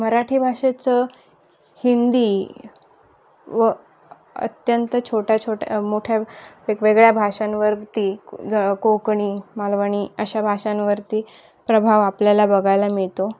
मराठी भाषेचं हिंदी व अत्यंत छोट्या छोट्या मोठ्या वेगवेगळ्या भाषांवरती ज कोकणी मालवणी अशा भाषांवरती प्रभाव आपल्याला बघायला मिळतो